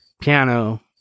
piano